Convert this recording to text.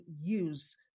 use